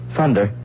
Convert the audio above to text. Thunder